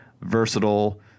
versatile